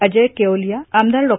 अजय केओलिया आमदार डॉ